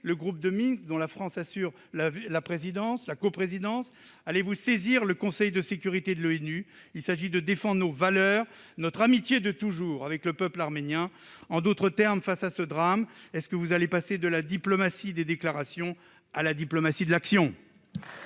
le groupe de Minsk dont la France assure la coprésidence ? Allez-vous saisir le Conseil de sécurité de l'ONU ? Il s'agit de défendre nos valeurs et notre amitié de toujours avec le peuple arménien. En d'autres termes, face à ce drame, allez-vous passer de la diplomatie des déclarations à la diplomatie de l'action ?